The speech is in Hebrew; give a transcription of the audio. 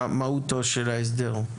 מהי מהותו של ההסדר?